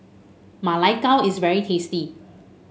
Ma Lai Gao is very tasty